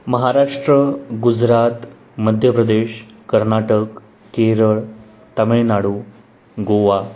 Maharashtra Gujarat Madhya Pradesh Karnataka Kerala Tamil Nadu Goa